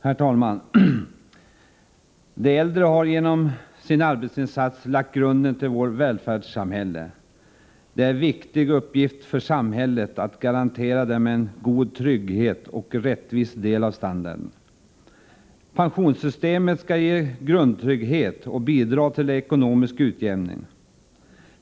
Herr talman! De äldre har genom sin arbetsinsats lagt grunden till vårt välfärdssamhälle. Det är en viktig uppgift för samhället att garantera dem en god trygghet och rättvis del av standarden. Pensionssystemet skall ge grundtrygghet och bidra till ekonomisk utjäm ning.